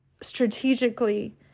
strategically